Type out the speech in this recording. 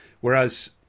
Whereas